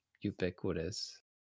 ubiquitous